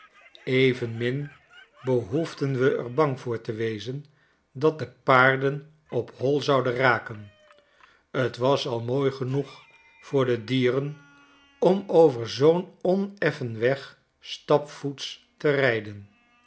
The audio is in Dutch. evenmin behoefden we j r bang voor te wezen dat de paarden op hoi zouden raken t was al mooi genoeg voor de dieren om over zoo'n oneffen weg stapvoets te rijden